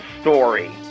story